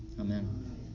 Amen